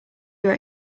your